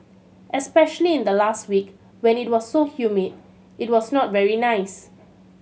especially in the last week when it was so humid it was not very nice